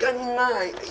kanina I I